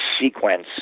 sequence